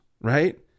right